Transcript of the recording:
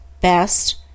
best